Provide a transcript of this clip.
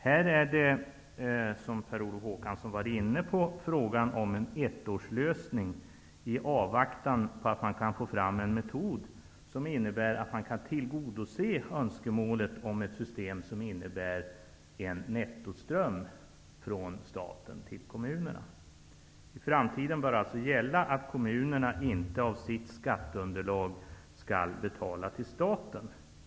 Här är det, som Per Olof Håkansson påpekade, fråga om en ettårslösning i avvaktan på att man får fram en metod som gör det möjligt att tillgodose önskemålet om ett system som innebär en nettoström från staten till kommunerna. I framtiden bör alltså gälla att kommunerna inte av sitt skatteunderlag skall betala till staten.